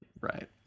Right